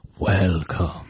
welcome